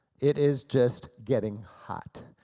it is just getting hot.